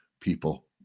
people